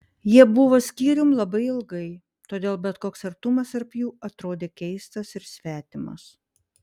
jie buvo skyrium labai ilgai todėl bet koks artumas tarp jų atrodė keistas ir svetimas